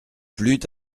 plut